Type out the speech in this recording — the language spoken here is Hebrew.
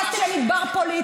אמר לי: